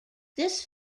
this